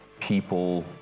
people